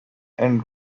and